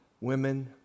women